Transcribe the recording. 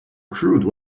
crude